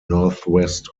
northwest